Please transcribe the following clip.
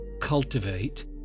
cultivate